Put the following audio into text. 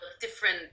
different